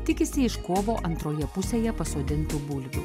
tikisi iš kovo antroje pusėje pasodintų bulvių